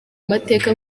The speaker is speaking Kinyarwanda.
mateka